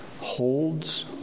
holds